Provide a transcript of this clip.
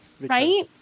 right